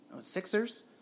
Sixers